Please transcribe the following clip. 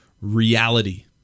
reality